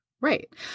Right